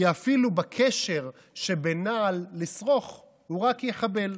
כי אפילו בקשר שבין נעל לשרוך הוא רק יחבל.